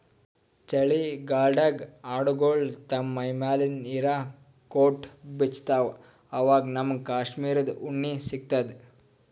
ಚಳಿಗಾಲ್ಡಾಗ್ ಆಡ್ಗೊಳು ತಮ್ಮ್ ಮೈಮ್ಯಾಲ್ ಇರಾ ಕೋಟ್ ಬಿಚ್ಚತ್ತ್ವಆವಾಗ್ ನಮ್ಮಗ್ ಕಾಶ್ಮೀರ್ ಉಣ್ಣಿ ಸಿಗ್ತದ